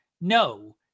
No